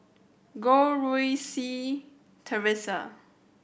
Goh Rui Si Theresa